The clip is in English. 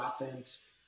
offense